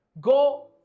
go